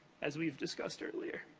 as we've discussed earlier.